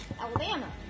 Alabama